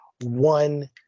one